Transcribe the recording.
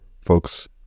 Folks